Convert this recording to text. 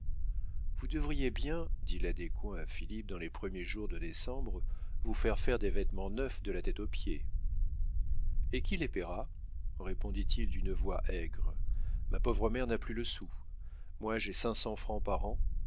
vous devriez bien dit la descoings à philippe dans les premiers jours de décembre vous faire faire des vêtements neufs de la tête aux pieds et qui les payera répondit-il d'une voix aigre ma pauvre mère n'a plus le sou moi j'ai cinq cents francs par an